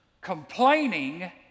complaining